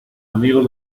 amigos